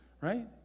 right